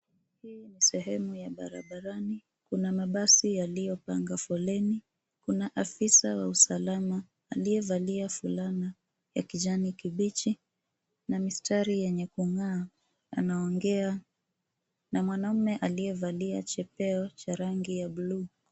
Hii ni sehemu ya barabarani. Kuna mabasi yaliyopanga foleni. Kuna afisa wa usalama aliyevalia fulana ya kijani kibichi na mistari yenye kung'aa anaongea na mwanaume aliyevalia chepeo cha rangi ya bluu.